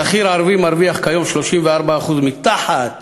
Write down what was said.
שכיר ערבי מרוויח כיום 34% מתחת,